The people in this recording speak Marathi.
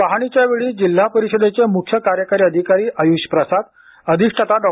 पहाणीच्यावेळी जिल्हा परिषदेचे मुख्य कार्यकारी अधिकारी आय्ष प्रसाद अधिष्ठाता डॉ